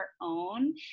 own